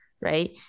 right